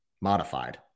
modified